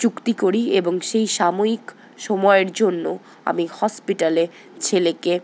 চুক্তি করি এবং সেই সাময়িক সময়ের জন্য আমি হসপিটালে ছেলেকে